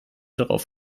drauf